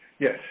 yes